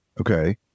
okay